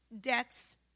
deaths